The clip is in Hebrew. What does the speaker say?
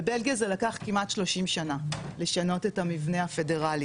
בבלגיה זה לקח כמעט 30 שנה לשנות את המבנה הפדרלי.